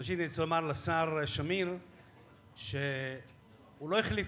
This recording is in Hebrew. ראשית אני רוצה לומר לשר שמיר שהוא לא החליף